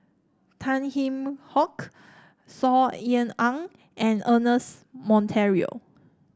Tan Kheam Hock Saw Ean Ang and Ernest Monteiro